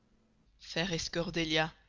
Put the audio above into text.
fairest cordelia,